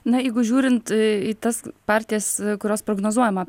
na jeigu žiūrint į tas partijas kurios prognozuojama